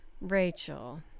Rachel